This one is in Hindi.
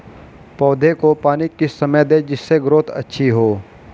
पौधे को पानी किस समय दें जिससे ग्रोथ अच्छी हो?